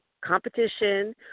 competition